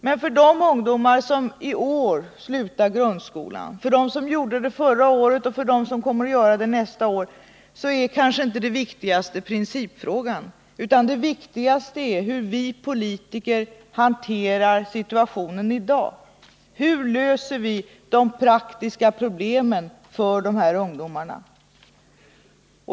Men för de ungdomar som i år slutar grundskolan, för dem som gjorde det förra året och för dem som kommer att göra det nästa år är kanske inte principfrågan det viktigaste. Det viktigaste är hur vi politiker hanterar situationen i dag. Hur löser vi de praktiska problemen för dessa ungdomar?